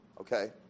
okay